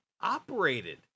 operated